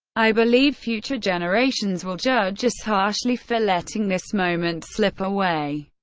i believe future generations will judge us harshly, for letting this moment slip away.